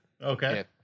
Okay